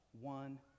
one